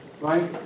right